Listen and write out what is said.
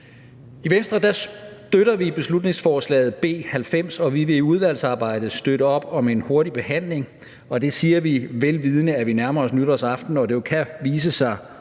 I Venstre støtter vi beslutningsforslaget B 90, og vi vil i udvalgsarbejdet støtte op om en hurtig behandling, og det siger vi vel vidende, at vi nærmer os nytårsaften og det jo kan vise sig